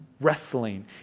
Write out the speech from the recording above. wrestling